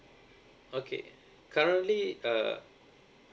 okay currently uh